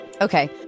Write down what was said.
Okay